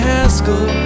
Haskell